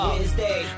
Wednesday